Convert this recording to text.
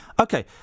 okay